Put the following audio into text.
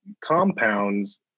Compounds